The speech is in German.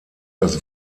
das